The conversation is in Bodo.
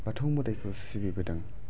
बाथौ मोदायखौ सिबिबोदों